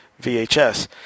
VHS